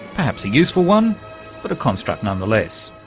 perhaps a useful one but a construct none-the-less.